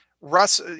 Russ